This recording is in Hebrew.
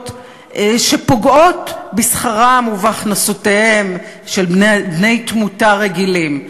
שפוגעות בשכרם ובהכנסותיהם של בני-תמותה רגילים.